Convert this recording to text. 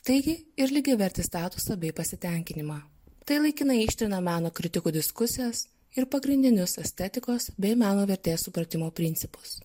taigi ir lygiavertį statusą bei pasitenkinimą tai laikinai ištrina meno kritikų diskusijas ir pagrindinius estetikos bei meno vertės supratimo principus